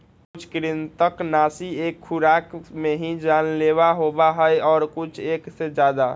कुछ कृन्तकनाशी एक खुराक में ही जानलेवा होबा हई और कुछ एक से ज्यादा